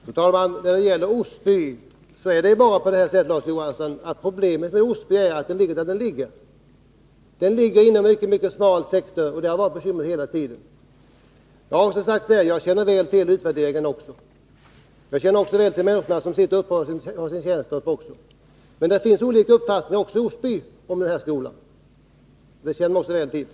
Fru talman! Problemet med Osby, Larz Johansson, är att skolan ligger där den ligger. Den ligger inom en mycket smal sektor, och det har varit bekymmer hela tiden. Jag känner väl till den här utvärderingen. Men det finns olika uppfattningar också i Osby om den här skolan — det känner jag också väl till.